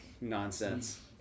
nonsense